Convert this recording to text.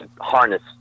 harness